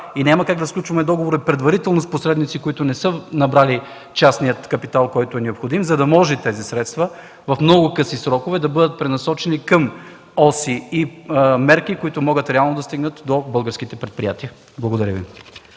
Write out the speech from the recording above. и няма как да сключваме договори предварително с посредници, които не са набрали необходимия частен капитал, за да може тези средства в много къси срокове да бъдат пренасочени към оси и мерки, които реално могат да стигнат до българските предприятия? Благодаря Ви.